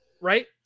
right